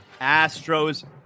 Astros